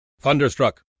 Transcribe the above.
Thunderstruck